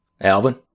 Alvin